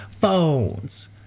phones